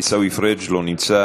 עיסאווי פריג' לא נמצא.